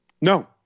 No